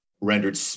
rendered